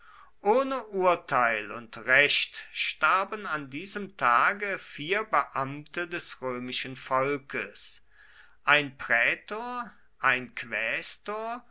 ohne urteil und recht starben an diesem tage vier beamte des römischen volkes ein prätor ein quästor